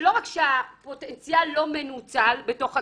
שלא רק שהפוטנציאל לא מנוצל בתוך הקהילה,